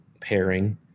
pairing